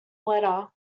letter